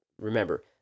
remember